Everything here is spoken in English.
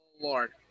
Lord